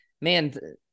man